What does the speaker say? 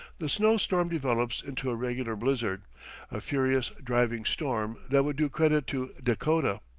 the snow-storm develops into a regular blizzard a furious, driving storm that would do credit to dakota.